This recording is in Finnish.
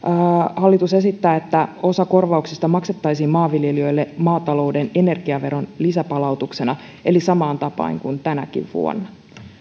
hallitus esittää että osa korvauksista maksettaisiin maanviljelijöille maatalouden energiaveron lisäpalautuksena eli samaan tapaan kuin tänäkin vuonna